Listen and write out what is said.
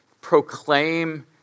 proclaim